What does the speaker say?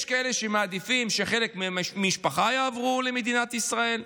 יש כאלה שמעדיפים שחלק מהמשפחה יעברו למדינת ישראל,